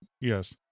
Yes